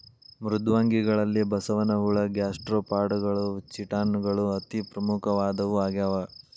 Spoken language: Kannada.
ಮೃದ್ವಂಗಿಗಳಲ್ಲಿ ಬಸವನಹುಳ ಗ್ಯಾಸ್ಟ್ರೋಪಾಡಗಳು ಚಿಟಾನ್ ಗಳು ಅತಿ ಪ್ರಮುಖವಾದವು ಆಗ್ಯಾವ